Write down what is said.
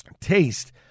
taste